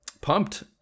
Pumped